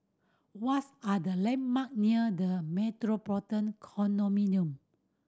what's are the landmark near The Metropolitan Condominium